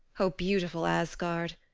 o beautiful asgard,